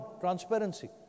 transparency